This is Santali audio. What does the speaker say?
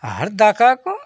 ᱟᱨ ᱫᱟᱠᱟ ᱠᱚ